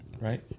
right